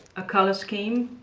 a color scheme.